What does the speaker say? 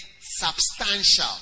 substantial